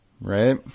right